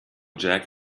jack